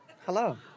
Hello